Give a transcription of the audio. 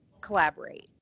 collaborate